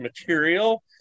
material